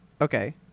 Okay